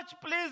Please